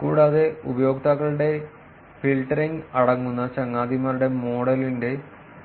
കൂടാതെ ഉപയോക്താക്കളുടെ ഫിൽട്ടറിംഗ് അടങ്ങുന്ന ചങ്ങാതിമാരുടെ മോഡലിന്റെ